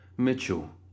Mitchell